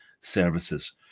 services